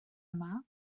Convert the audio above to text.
yma